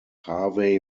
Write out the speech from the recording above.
harvey